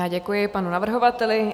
Já děkuji panu navrhovateli.